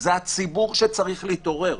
זה הציבור שצריך להתעורר.